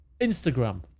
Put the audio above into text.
Instagram